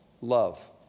Love